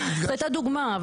זאת הייתה דוגמה,